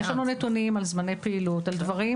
יש לנו נתונים על זמני פעילות, על דברים